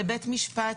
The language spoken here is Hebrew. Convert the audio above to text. לבית משפט,